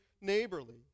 neighborly